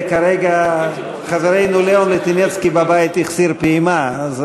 וכרגע לבו של חברנו לאון ליטינצקי בבית החסיר פעימה.